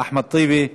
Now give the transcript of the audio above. אחמד טיבי.